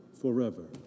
forever